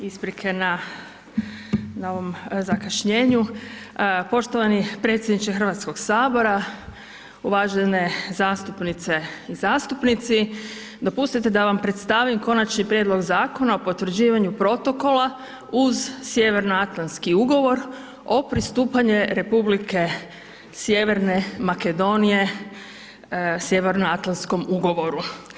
Isprike na, na ovom zakašnjenju, poštovani predsjedniče Hrvatskog sabora, uvažene zastupnice i zastupnici dopustite da vam predstavim Konačni prijedlog Zakona o potvrđivanju protokola uz Sjevernoatlanski ugovor o pristupanju Republike Sjeverne Makedonije Sjevernoatlanskom ugovoru.